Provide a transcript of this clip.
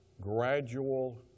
gradual